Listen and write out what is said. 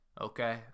Okay